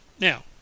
Now